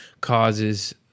causes